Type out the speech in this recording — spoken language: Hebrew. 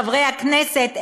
חברי הכנסת,